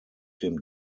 dem